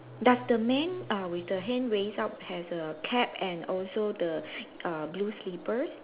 does the man err with the hand raised up has a cat and also the err blue slippers